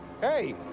Hey